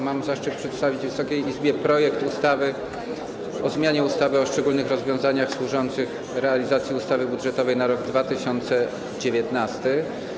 Mam zaszczyt przedstawić Wysokiej Izbie projekt ustawy o zmianie ustawy o szczególnych rozwiązaniach służących realizacji ustawy budżetowej na rok 2019.